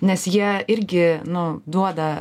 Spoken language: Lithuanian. nes jie irgi nu duoda